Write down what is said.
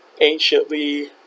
anciently